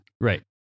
Right